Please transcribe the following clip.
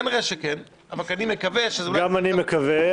כנראה שכן, אבל אני מקווה --- גם אני מקווה.